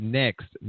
next